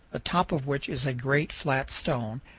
top of which is a great flat stone,